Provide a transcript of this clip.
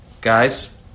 guys